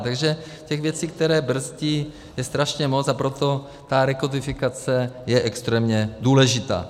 Takže těch věcí, které brzdí, je strašně moc, a proto ta rekodifikace je extrémně důležitá.